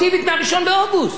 קודם כול, זה יכול להיות.